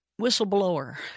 whistleblower